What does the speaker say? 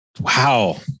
wow